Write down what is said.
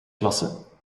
klasse